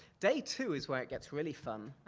day two is where it gets really fun,